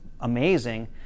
amazing